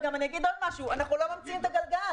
אני אגיד עוד משהו: אנחנו גם לא ממציאים את הגלגל.